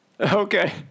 Okay